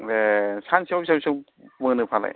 ए सानसेयाव बेसेबांसो मोनोफालाय